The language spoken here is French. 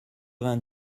vingt